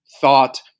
thought